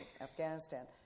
Afghanistan